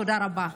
תודה רבה.